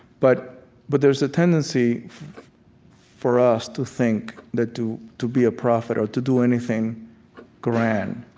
but but there's a tendency for us to think that to to be a prophet or to do anything grand,